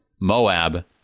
Moab